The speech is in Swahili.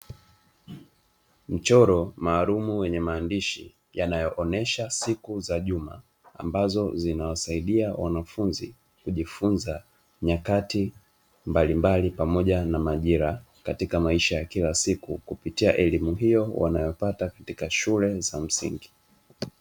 Mchoro maalumu wenye maandishi yanayoonyesha siku za juma, ambazo zinawasaidia wanafunzi kujifunza nyakati mbalimbali pamoja na majira katika maisha ya kila siku kupitia elimu hiyo wanayopata katika shule za msingi.